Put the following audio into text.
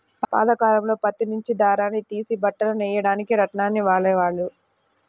పాతకాలంలో పత్తి నుంచి దారాన్ని తీసి బట్టలు నెయ్యడానికి రాట్నాన్ని వాడేవాళ్ళు